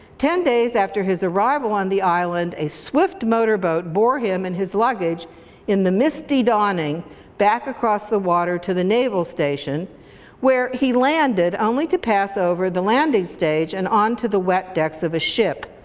ten days after his arrival on the island, a swift motorboat bore him and his luggage in the misty dawning back across the water to the naval station where he landed, only to pass over the landing stage and on to the wet decks of a ship,